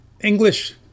English